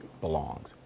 belongs